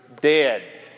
dead